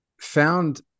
found